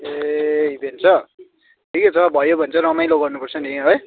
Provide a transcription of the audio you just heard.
ए event छ ठिकै छ भयो भने चाहिँ रमाइलो गर्नु पर्छ नि है